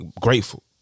grateful